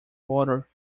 border